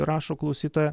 rašo klausytoja